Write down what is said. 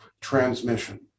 transmission